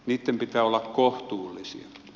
niiden pitää olla kohtuullisia